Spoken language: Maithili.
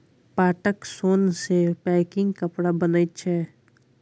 पाटक सोन सँ पैकिंग कपड़ा बनैत छै